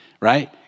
right